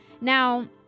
now